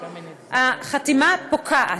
החתימה פוקעת.